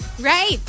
Right